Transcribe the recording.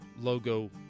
logo